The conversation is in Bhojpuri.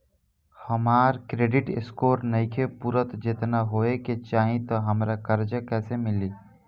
हमार क्रेडिट स्कोर नईखे पूरत जेतना होए के चाही त हमरा कर्जा कैसे मिली?